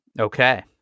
Okay